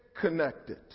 connected